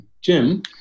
Jim